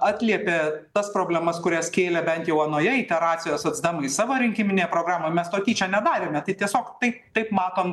atliepė tas problemas kurias kėlė bent jau anoje iteracijoj socdemai savo rinkiminėj programoj mes to tyčia nedarėme tai tiesiog taip taip matom